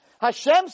Hashem